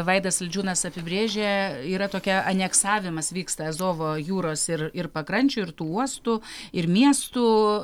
vaidas saldžiūnas apibrėžia yra tokia aneksavimas vyksta azovo jūros ir ir pakrančių ir tų uostų ir miestų